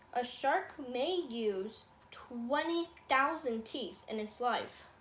a shark may use twenty thousand teeth in its life.